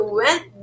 went